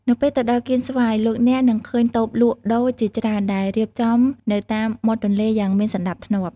នៅពេលទៅដល់កៀនស្វាយ លោកអ្នកនឹងឃើញតូបលក់ដូរជាច្រើនដែលរៀបចំនៅតាមមាត់ទន្លេយ៉ាងមានសណ្តាប់ធ្នាប់។